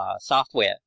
Software